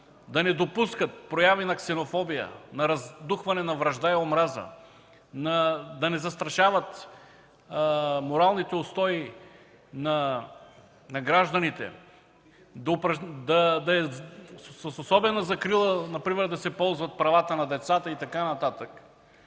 да не допускат прояви на ксенофобия, раздухване на вражда и омраза, да не застрашават моралните устои на гражданите, с особена закрила например да се ползват децата и така нататък.